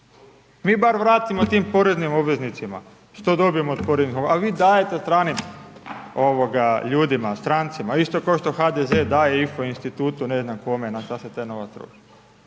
Mi bar vratimo tim poreznim obveznicima, što dobimo od poreznih obveznika, a vi dajte stranim ljudima, strancima, isto kao što HDZ daje info institutu, ne znam kome na što se sve taj novac troši.